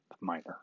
minor